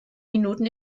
minuten